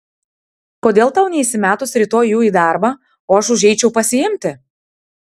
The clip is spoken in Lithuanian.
kodėl tau neįsimetus rytoj jų į darbą o aš užeičiau pasiimti